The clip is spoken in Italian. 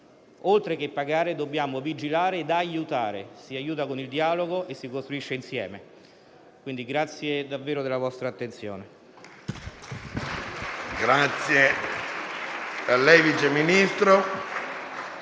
oltre a far pagare, dobbiamo vigilare e aiutare: si aiuta con il dialogo e si costruisce insieme. Vi ringrazio davvero della vostra attenzione.